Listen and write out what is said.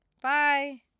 Bye